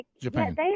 Japan